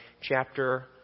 chapter